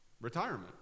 retirement